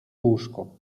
łóżko